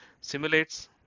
simulates